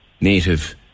native